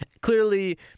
Clearly